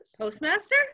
postmaster